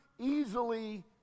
easily